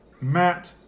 Matt